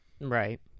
Right